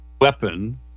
weapon